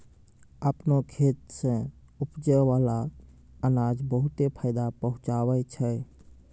आपनो खेत सें उपजै बाला अनाज बहुते फायदा पहुँचावै छै